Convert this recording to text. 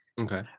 Okay